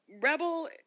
rebel –